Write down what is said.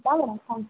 bye madam thanks